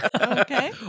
Okay